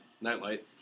nightlight